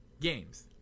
games